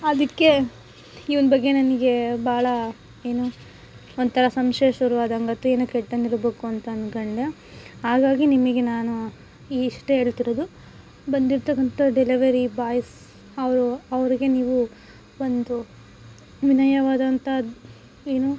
ಅದಕ್ಕೆ ಇವ್ನ ಬಗ್ಗೆ ನನಗೆ ಭಾಳ ಏನು ಒಂಥರ ಸಂಶಯ ಶುರುವಾದಂಗೆ ಆಯ್ತು ಏನೋ ಕೆಟ್ಟಂಗೆ ಇರ್ಬೇಕು ಅಂತ ಅನ್ಕೊಂಡೆ ಹಾಗಾಗಿ ನಿಮಗೆ ನಾನು ಇಷ್ಟೇ ಹೇಳ್ತಿರದು ಬಂದಿರ್ತಕ್ಕಂಥ ಡೆಲಿವರಿ ಬಾಯ್ಸ್ ಅವರು ಅವ್ರಿಗೆ ನೀವು ಒಂದು ವಿನಯವಾದಂಥ ಏನು